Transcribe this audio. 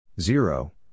Zero